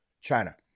China